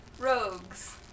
rogues